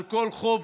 על כל חוב,